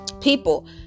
people